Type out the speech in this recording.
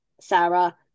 Sarah